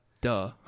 Duh